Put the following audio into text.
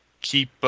keep